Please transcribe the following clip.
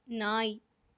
நாய்